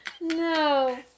No